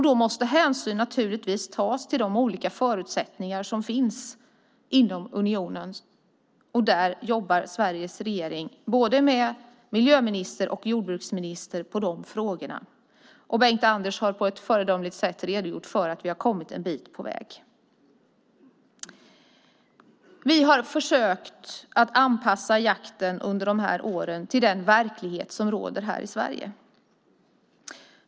Då måste hänsyn naturligtvis också tas till de olika förutsättningar som finns inom unionen. Där jobbar Sveriges regering, både miljöministern och jordbruksministern, med de frågorna. Bengt-Anders har på ett föredömligt sätt redogjort för att vi har kommit en bit på väg. Vi har under de här åren försökt anpassa jakten till den verklighet som råder här i Sverige.